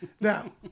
now